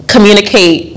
communicate